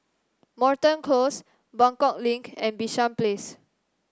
Moreton Close Buangkok Link and Bishan Place